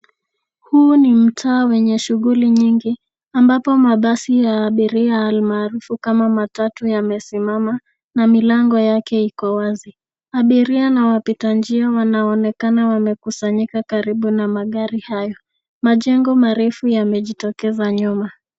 Huu ni mtaa wenye shughuli nyingi ambapo mabasi ya abiria almaarufu kama matatu yamesimama na milango yake iko wazi. Abiria na wapita njia wanaonekana wamekusanyika karibu na magari hayo. Majengo marefu yamejitokeza nyuma.